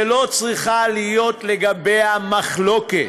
שלא צריכה להיות לגביה מחלוקת.